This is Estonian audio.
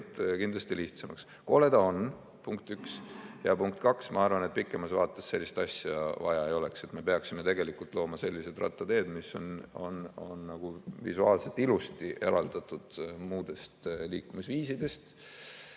kindlasti lihtsamaks. Kole ta on, punkt üks. Ja punkt kaks, ma arvan, et pikemas vaates sellist asja vaja ei oleks. Me peaksime looma sellised rattateed, mis on visuaalselt ilusti eraldatud muudest liikumisviisidest,